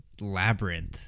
Labyrinth